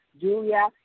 Julia